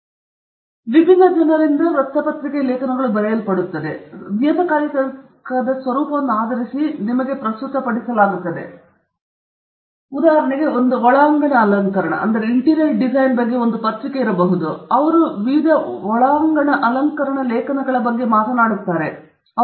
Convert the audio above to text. ಮತ್ತೆ ಅವು ವಿಭಿನ್ನ ಜನರಿಂದ ಬರೆಯಲ್ಪಟ್ಟಿದೆ ಮತ್ತು ಆ ನಿಯತಕಾಲಿಕದ ಸ್ವರೂಪವನ್ನು ಆಧರಿಸಿ ನಿಮಗೆ ಪ್ರಸ್ತುತಪಡಿಸಲಾಗುತ್ತದೆ ಆದುದರಿಂದ ಒಳಾಂಗಣ ಅಲಂಕರಣದ ಬಗ್ಗೆ ಒಂದು ಪತ್ರಿಕೆಯಿರಬಹುದು ನಂತರ ಅವರು ಒಳಾಂಗಣ ಅಲಂಕರಣ ಲೇಖನಗಳ ಬಗ್ಗೆ ಮಾತನಾಡುತ್ತಾರೆ ಪ್ರಸ್ತುತ ಘಟನೆಗಳ ಬಗ್ಗೆ ಇತರರು ಇರಬಹುದು